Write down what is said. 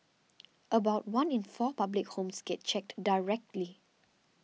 about one in four public homes gets checked directly